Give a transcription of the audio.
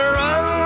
run